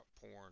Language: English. porn